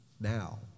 now